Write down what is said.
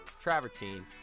travertine